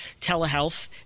telehealth